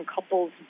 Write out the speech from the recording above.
couples